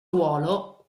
ruolo